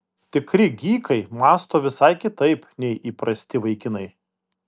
tikri gykai mąsto visai kitaip nei įprasti vaikinai